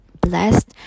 blessed